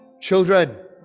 Children